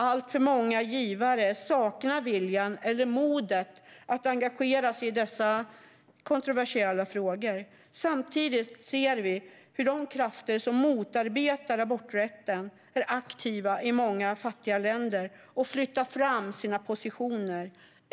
Alltför många givare saknar viljan eller modet att engagera sig i dessa kontroversiella frågor. Samtidigt ser vi hur de krafter som motarbetar aborträtten är aktiva i många fattiga länder och flyttar fram sina positioner.